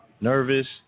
nervous